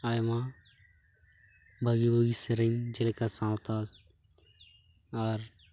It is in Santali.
ᱟᱭᱢᱟ ᱵᱷᱟᱹᱜᱤ ᱵᱷᱟᱹᱜᱤ ᱥᱮᱨᱮᱧ ᱡᱮᱞᱮᱠᱟ ᱥᱟᱶᱛᱟ ᱟᱨ